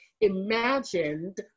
imagined